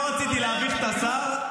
לא רציתי להביך את השר.